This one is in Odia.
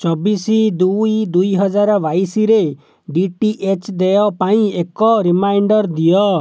ଚବିଶ ଦୁଇ ଦୁଇ ହଜାର ବାଇଶରେ ଡି ଟି ଏଚ୍ ଦେୟ ପାଇଁ ଏକ ରିମାଇଣ୍ଡର୍ ଦିଅ